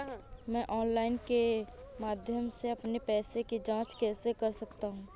मैं ऑनलाइन के माध्यम से अपने पैसे की जाँच कैसे कर सकता हूँ?